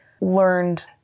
learned